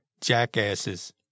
jackasses